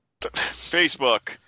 Facebook